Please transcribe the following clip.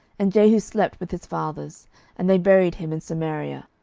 and jehu slept with his fathers and they buried him in samaria.